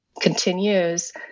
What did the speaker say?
continues